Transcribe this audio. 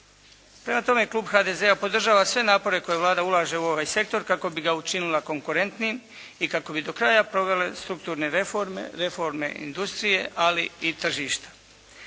Prema tome Klub HDZ-a podržava sve napore koje Vlada ulaže u ovaj sektor kako bi ga učinila konkurentnijim i kako bi do kraja provele strukturne reforme, reforme industrije ali i tržišta.